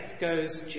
goes